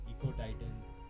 Eco-Titans